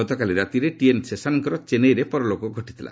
ଗତକାଲି ରାତିରେ ଟିଏନ୍ ଶେଷାନ୍ଙ୍କର ଚେନ୍ନାଇରେ ପରଲୋକ ଘଟିଥିଲା